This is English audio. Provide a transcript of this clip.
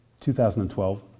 2012